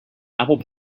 apple